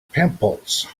pimples